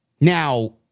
Now